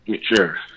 Sure